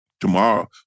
Tomorrow